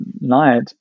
night